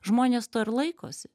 žmonės to ir laikosi